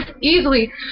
easily